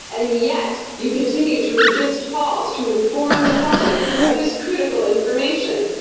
and yet you continue to resist calls to inform the public of this critical information.